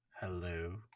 Hello